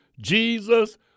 Jesus